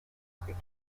creek